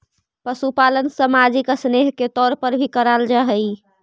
पशुपालन सामाजिक स्नेह के तौर पर भी कराल जा हई